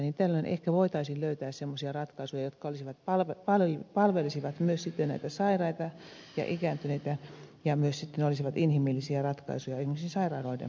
tällöin ehkä voitaisiin löytää semmoisia ratkaisuja jotka palvelisivat myös näitä sairaita ja ikääntyneitä ja myös sitten olisivat inhimillisiä ratkaisuja esimerkiksi sairaaloiden parkkipaikalla